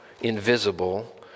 invisible